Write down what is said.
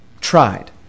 Tried